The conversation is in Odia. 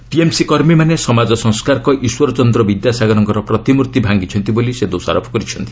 ଟିଏମ୍ସି କର୍ମୀମାନେ ସମାଜ ସଂସ୍କାରକ ଚ ୍ଇଶ୍ୱର ଚନ୍ଦ୍ର ବିଦ୍ୟାସାଗରଙ୍କର ପ୍ରତିମ୍ଭର୍ତ୍ତି ଭାଙ୍ଗିଛନ୍ତି ବୋଲି ସେ ଦୋଷାରୋପ କରିଛନ୍ତି